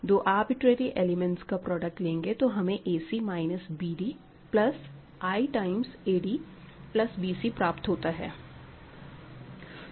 दो arbitrary elements का product लेंगे तो हमें ac minus bd plus i times ad plus bc प्राप्त होता है